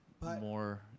more